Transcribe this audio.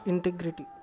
integrity